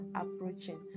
approaching